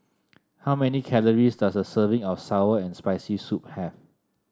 how many calories does a serving of sour and Spicy Soup have